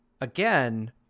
again